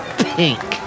pink